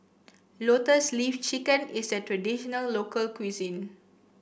Lotus Leaf Chicken is a traditional local cuisine